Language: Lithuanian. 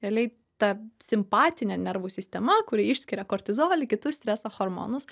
realiai ta simpatinė nervų sistema kuri išskiria kortizolį kitus streso hormonus